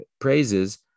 praises